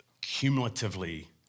cumulatively